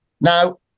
Now